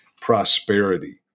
prosperity